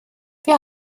wir